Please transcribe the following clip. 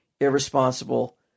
irresponsible